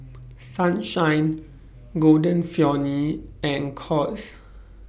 Sunshine Golden Peony and Courts